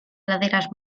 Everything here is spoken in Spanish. laderas